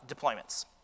deployments